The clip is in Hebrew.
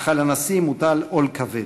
אך על הנשיא מוטל עול כבד,